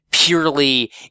Purely